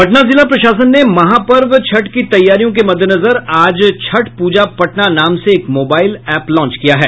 पटना जिला प्रशासन ने महापर्व छठ की तैयारियों के मद्देनजर आज छठ पूजा पटना नाम से एक मोबाईल एप लाँच किया है